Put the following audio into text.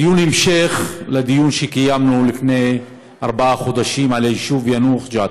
דיון המשך לדיון שקיימנו לפני ארבעה חודשים על היישוב יאנוח-ג'ת.